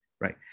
right